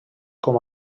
com